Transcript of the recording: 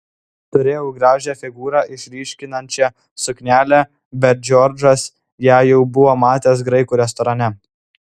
turėjau gražią figūrą išryškinančią suknelę bet džordžas ją jau buvo matęs graikų restorane